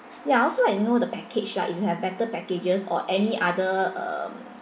ya also I know the package lah if you have better packages or any other um